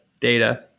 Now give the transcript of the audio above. data